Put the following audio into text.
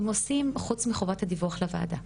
חוץ מחובת הדיווח לוועדה.